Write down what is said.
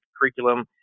curriculum